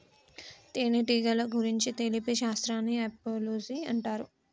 తేనెటీగల గురించి తెలిపే శాస్త్రాన్ని ఆపిలోజి అంటారు